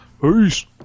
Peace